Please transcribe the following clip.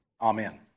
Amen